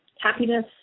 happiness